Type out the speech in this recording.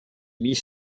mit